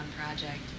project